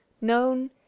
known